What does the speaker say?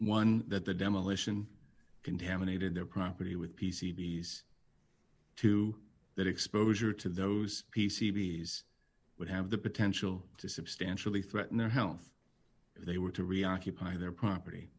one that the demolition contaminated their property with p c b s two that exposure to those p c b would have the potential to substantially threaten their health they were to reoccupy their property